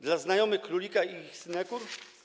Dla znajomych królika i ich synekur?